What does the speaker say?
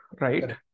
right